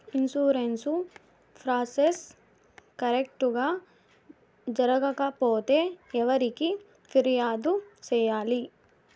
insurance process correct గా జరగకపోతే ఎవరికి ఫిర్యాదు సేయాలి